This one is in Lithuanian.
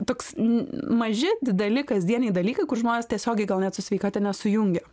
toks n maži dideli kasdieniai dalykai kur žmonės tiesiogiai gal net su sveikata nesujungia